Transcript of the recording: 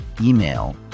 email